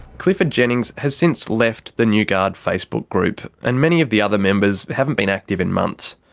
clifford jennings has since left the new guard facebook group, and many of the other members haven't been active in months.